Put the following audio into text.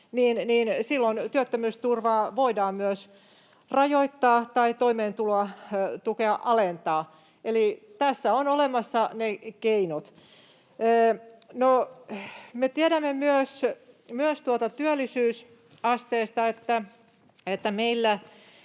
voidaan myös työttömyysturvaa rajoittaa tai toimeentulotukea alentaa. Eli tässä ovat olemassa ne keinot. Me tiedämme työllisyysasteesta myös sen, että meillä